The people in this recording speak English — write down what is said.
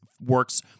works